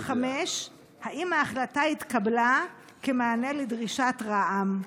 5. האם ההחלטה התקבלה כמענה לדרישת רע"מ?